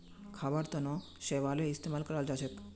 खाबार तनों शैवालेर इस्तेमाल कराल जाछेक